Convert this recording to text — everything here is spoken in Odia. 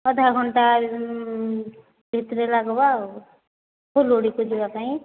ଅଧା ଘଣ୍ଟା ସେଥିରେ ଲାଗବା ଆଉ ଫୁଲୁରି ଯିବା ପାଇଁ